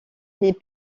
les